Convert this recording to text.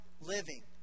living